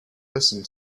listen